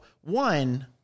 one